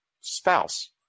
spouse